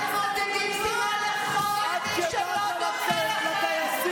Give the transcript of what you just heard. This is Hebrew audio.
אתם מעודדים שנאה לכל מי שלא דומה לכם,